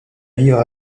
vivre